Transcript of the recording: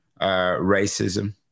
racism